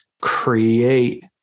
create